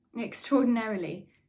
Extraordinarily